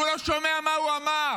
הוא לא שומע מה הוא אמר.